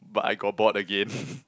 but I got bored again